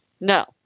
No